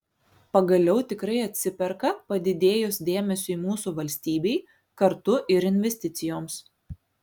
pagaliau tikrai atsiperka padidėjus dėmesiui mūsų valstybei kartu ir investicijoms